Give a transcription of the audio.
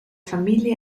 familie